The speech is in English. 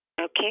Okay